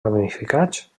ramificats